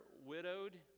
widowed